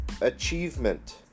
achievement